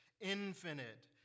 infinite